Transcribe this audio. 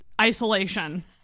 isolation